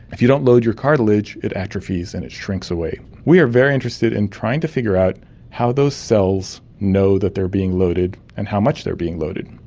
if you don't load your cartilage, it atrophies and it shrinks away. we are very interested in trying to figure out how those cells know that they are being loaded and how much they are being loaded.